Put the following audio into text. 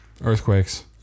Earthquakes